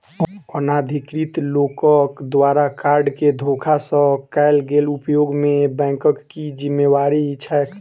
अनाधिकृत लोकक द्वारा कार्ड केँ धोखा सँ कैल गेल उपयोग मे बैंकक की जिम्मेवारी छैक?